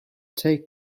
take